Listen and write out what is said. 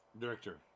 Director